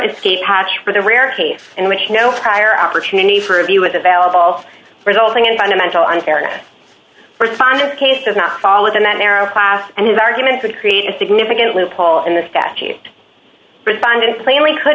escape hatch for the rare case in which no prior opportunity for a view was available resulting in fundamental unfairness respondents case does not fall within that narrow class and his argument would create a significant loophole in the statute respondent plainly could